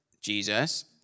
Jesus